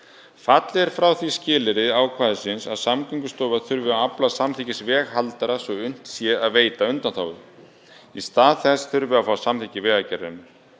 Fallið er frá því skilyrði ákvæðisins að Samgöngustofa þurfi að afla samþykkis veghaldara svo unnt sé að veita undanþágu. Í stað þess þurfi að fá samþykki Vegagerðarinnar.